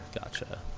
Gotcha